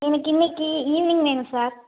எனக்கு இன்னைக்கு ஈவ்னிங் வேணும் சார்